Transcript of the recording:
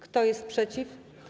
Kto jest przeciw?